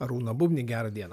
arūną bubnį gerą dieną